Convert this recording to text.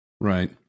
Right